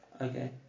Okay